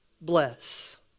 bless